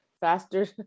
faster